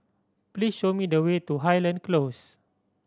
please show me the way to Highland Close